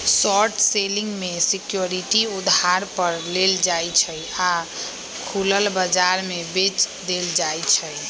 short selling में security उधार पर लेल जाइ छइ आऽ खुलल बजार में बेच देल जाइ छइ